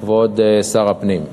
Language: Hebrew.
כבוד שר הפנים,